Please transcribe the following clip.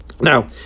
Now